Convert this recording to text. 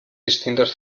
distintos